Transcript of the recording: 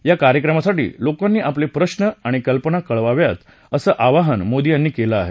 या कार्यक्रमासाठी लोकांनी आपले प्रश्न आणि कल्पना कळवाव्यात असं आवाहन मोदी यांनी केलं आहे